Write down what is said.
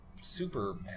super